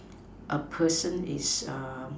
a person is um